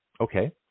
Okay